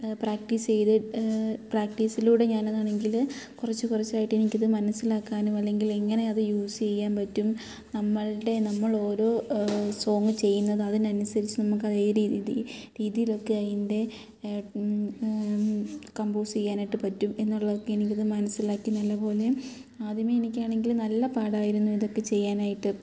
practice ചെയ്ത് പ്രാക്ടിസിലൂടെ ഞാൻ അതാണെങ്കിൽ കുറച്ച് കുറച്ച് ആയിട്ട് എനിക്കിത് മനസ്സിലാക്കാനും അല്ലെങ്കിൽ എങ്ങനെ അത് യൂസ് ചെയ്യാൻ പറ്റും നമ്മളുടെ നമ്മൾ ഓരോ സോങ് ചെയ്യുന്നത് അതിനനുസരിച്ച് നമുക്ക് അതേ രീത രീതിയിലൊക്കെ എന്റെ കമ്പോസ്സെയ്യനായിട്ട് പറ്റും എന്നുള്ളത് എനിക്ക്ത് മനസ്സിലാക്കി നല്ലപോലെ ആദ്യമേ എനിക്ക് ആണെങ്കിൽ നല്ല പാടായിരുന്നു ഇതൊക്കെ ചെയ്യാനായിട്ട്